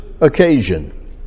occasion